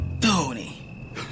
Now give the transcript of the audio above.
Tony